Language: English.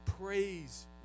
praise